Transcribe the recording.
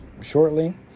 shortly